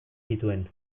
zituen